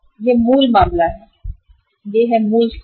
यह मूल मामला है यह है मूल स्थिति